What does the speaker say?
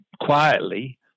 quietly